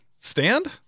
Stand